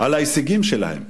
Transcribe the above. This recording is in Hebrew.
על ההישגים שלהן,